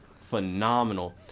phenomenal